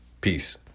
Peace